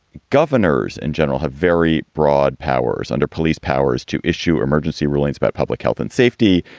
governors in general have very broad powers under police powers to issue emergency rulings about public health and safety.